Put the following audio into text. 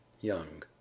YOUNG